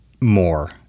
more